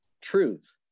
truth